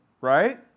Right